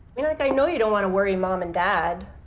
you know look, i know you don't want to worry mom and dad,